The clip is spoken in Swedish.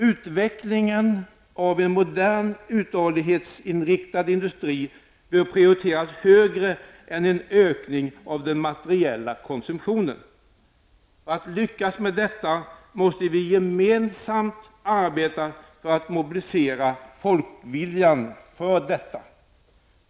Utvecklingen av en modern uthållighetsinriktad industri bör prioriteras högre än en ökning av den materiella konsumtionen. För att lyckas med detta måste vi gemensamt arbeta för att mobilisera folkviljan för detta.